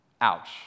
Ouch